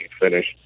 finish